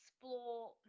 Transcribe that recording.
explore